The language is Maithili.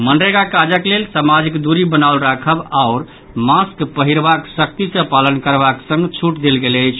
मनरेगा काजक लेल सामाजिक दूरी बनाओल राखब आओर मास्क पहिरबाक सख्ती सॅ पालन करबाक संग छूट देल गेल अछि